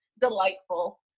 delightful